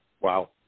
Wow